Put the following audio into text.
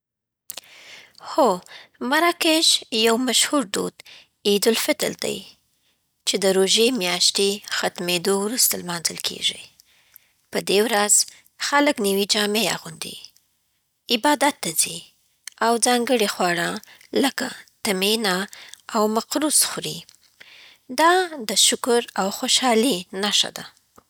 هو، مراکش یو مشهور دود عید الفطر دی، چې د روژې میاشتې ختمېدو وروسته لمانځل کېږي. په دې ورځ، خلک نوي جامې اغوندي، عبادت ته ځي، او ځانګړي خواړه لکه تمینا او مقروض خوري. دا د شکر او خوشحالۍ نښه ده.